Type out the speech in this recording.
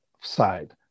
side